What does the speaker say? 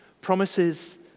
Promises